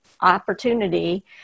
opportunity